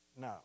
no